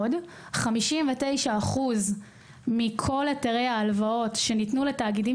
59% מכל היתרי ההלוואות שניתנו לתאגידים